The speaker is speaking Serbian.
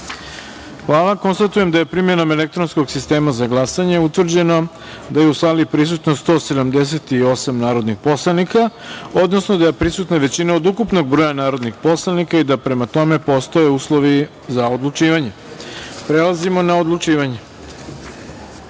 jedinice. Konstatujem da je primenom elektronskog sistema za glasanje utvrđeno da je u sali prisutno 178 narodnih poslanika, odnosno da je prisutna većina od ukupnog broja narodnih poslanika i da prema tome postoje uslovi za odlučivanje. Prelazimo na odlučivanje. Prva